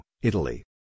Italy